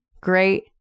great